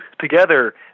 together